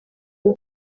rwo